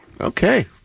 Okay